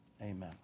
Amen